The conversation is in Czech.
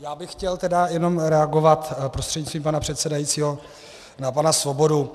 Já bych chtěl tedy jenom reagovat prostřednictvím pana předsedajícího na pana Svobodu.